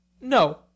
No